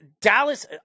Dallas